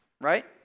right